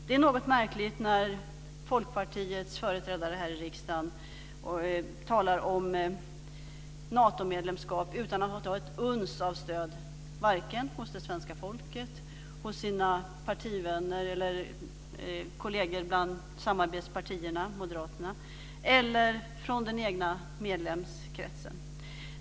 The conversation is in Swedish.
Det är något märkligt när Folkpartiets företrädare här i riksdagen talar om Natomedlemskap utan att ha ett uns av stöd vare sig hos det svenska folket, hos sina partivänner eller kolleger bland samarbetspartierna, Moderaterna, eller från den egna medlemskretsen.